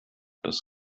dass